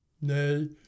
Nay